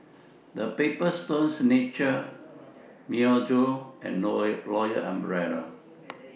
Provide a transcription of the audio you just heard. The Paper Stone Signature Myojo and Royal Umbrella